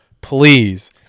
Please